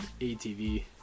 ATV